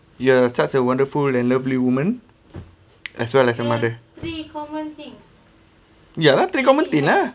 you are such a wonderful and lovely woman as well as your mother ya that's the common thing lah